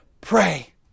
pray